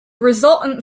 resultant